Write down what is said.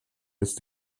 ist